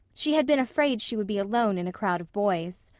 she had been afraid she would be alone in a crowd of boys.